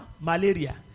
malaria